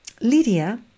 Lydia